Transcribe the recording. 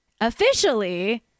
officially